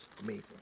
amazing